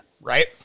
right